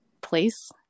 place